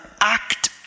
act